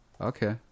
Okay